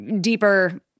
deeper